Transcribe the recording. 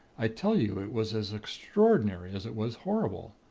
i tell you, it was as extraordinary as it was horrible.